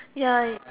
ya